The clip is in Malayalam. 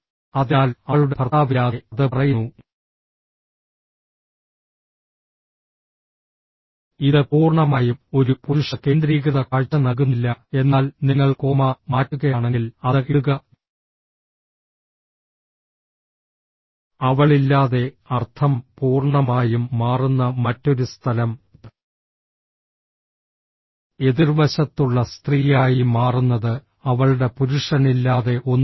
അതിനാൽ അവളുടെ ഭർത്താവില്ലാതെ അത് പറയുന്നു ഇത് പൂർണ്ണമായും ഒരു പുരുഷ കേന്ദ്രീകൃത കാഴ്ച നൽകുന്നില്ല എന്നാൽ നിങ്ങൾ കോമാ മാറ്റുകയാണെങ്കിൽ അത് ഇടുക അവളില്ലാതെ അർത്ഥം പൂർണ്ണമായും മാറുന്ന മറ്റൊരു സ്ഥലം എതിർവശത്തുള്ള സ്ത്രീയായി മാറുന്നത് അവളുടെ പുരുഷനില്ലാതെ ഒന്നുമല്ല